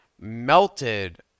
melted